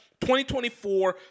2024